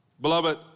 Beloved